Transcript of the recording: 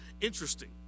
interesting